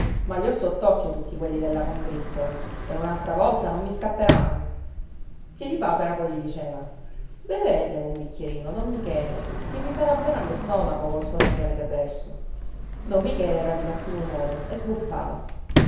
ma li ho sott'occhio tutti quelli della combriccola e un'altra volta non mi scapperanno piedipapera poi gli diceva bevetelo un bicchierino don michele che vi farà bene allo stomaco col sonno che avete perso don michele era di cattivo umore e sbuffava